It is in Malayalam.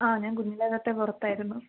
ആ ഞാൻ കുഞ്ഞിലേ തൊട്ടേ പുറത്തായിരുന്നു